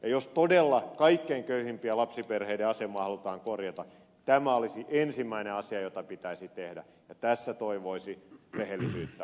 jos todella kaikkein köyhimpien lapsiperheiden asemaa halutaan korjata tämä olisi ensimmäinen asia joka pitäisi tehdä ja tässä toivoisi rehellisyyttä ed